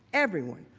everyone,